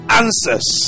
answers